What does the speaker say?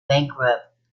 bankrupt